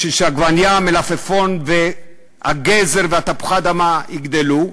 בשביל שעגבנייה, מלפפון, גזר ותפוחי-האדמה יגדלו?